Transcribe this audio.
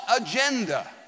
agenda